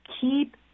keep